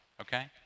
okay